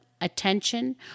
attention